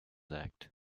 act